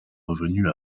revenue